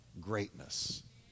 greatness